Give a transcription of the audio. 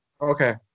okay